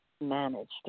Managed